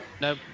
No